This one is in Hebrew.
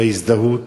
וההזדהות.